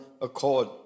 accord